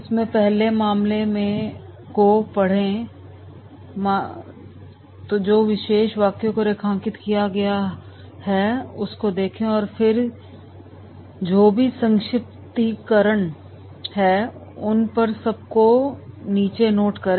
इसमें पहले मामले को पढ़े मामले में जो विशेष वाक्य को रेखांकित किया हुआ है उसको देखें और फिर जो भी संक्षिप्तीकरण है उन सब को नीचे नोट करें